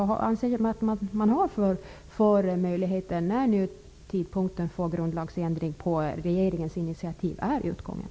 Vad anser man att man har för möjligheter, när nu tiden för grundlagsändring på regeringens initiativ är utgången?